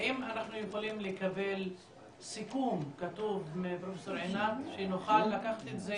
האם אנחנו יכולים לקבל סיכום כתוב מפרופ' עינת שנוכל לקחת את זה